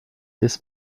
this